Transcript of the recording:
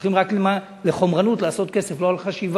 הולכים רק לחומרנות, לעשות כסף, לא לחשיבה.